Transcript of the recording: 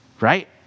Right